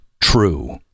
true